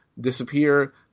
disappear